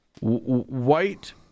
White